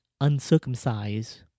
uncircumcised